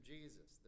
Jesus